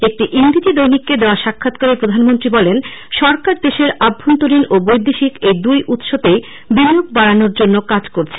একটি ইংরেজি দৈনিককে দেওয়া সাক্ষাত্কারে প্রধানমন্ত্রী বলেন সরকার দেশের আভ্যন্তরীণ ও বৈদেশিক এই দুই উৎসতেই বিনিয়োগ বাডানোর জন্য কাজ করছে